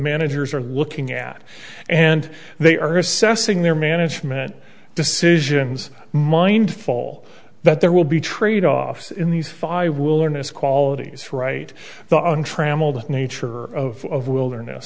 managers are looking at and they are assessing their management decisions mindful that there will be tradeoffs in these fire wilderness qualities right now untrammeled nature of the wilderness